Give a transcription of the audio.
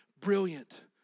brilliant